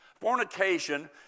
Fornication